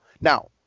Now